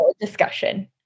discussion